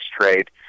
trade